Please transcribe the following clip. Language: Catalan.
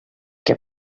què